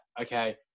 okay